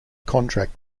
contract